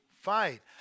fight